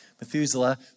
Methuselah